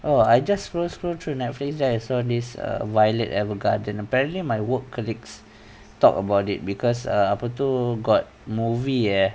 oh I just go through this netflix right saw this err violet evergarden apparently my work colleagues talk about it because err apa tu got movie eh